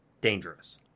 dangerous